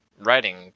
writing